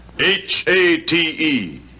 h-a-t-e